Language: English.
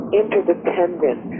interdependent